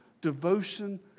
devotion